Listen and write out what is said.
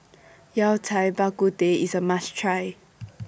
Yao Cai Bak Kut Teh IS A must Try